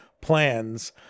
plans